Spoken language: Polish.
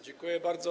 Dziękuję bardzo.